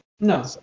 No